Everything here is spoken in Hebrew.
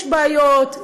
יש בעיות,